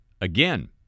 Again